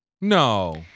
No